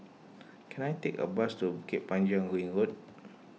can I take a bus to Bukit Panjang Ring Road